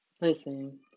Listen